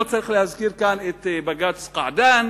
לא צריך להזכיר כאן את בג"ץ קעדאן,